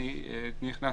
אני מבקש